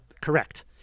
correct